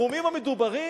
בסכומים המדוברים?